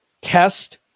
test